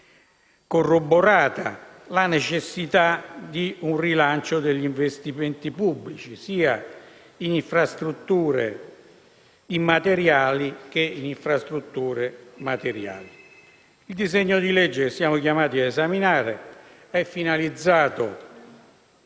corroborata, la necessità di un rilancio degli investimenti pubblici in infrastrutture sia immateriali che materiali. Il disegno di legge che siamo chiamati a esaminare è finalizzato